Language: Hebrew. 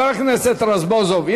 חבר הכנסת רזבוזוב,